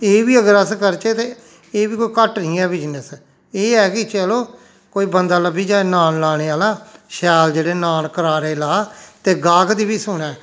एह् बी अगर अस करचै ते एह् बी कोई घट्ट निं ऐ बिजनस एह् ऐ कि चलो कोई बंदा लब्भी जाए नान लाने आह्ला शैल जेहड़े नान करारे ला ते गाह्क दी बी सुनै